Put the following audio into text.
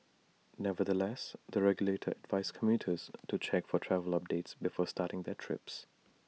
nevertheless the regulator advised commuters to check for travel updates before starting their trips